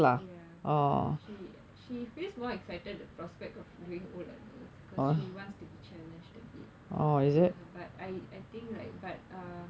ya she she feels more excited the prospect of doing O levels because she wants to be challenged a bit ya but I I think like but uh